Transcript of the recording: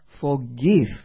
forgive